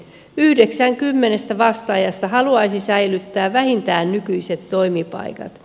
yhdeksän kymmenestä vastaajasta haluaisi säilyttää vähintään nykyiset toimipaikat